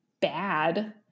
bad